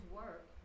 work